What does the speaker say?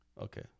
Okay